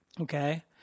Okay